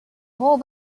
whole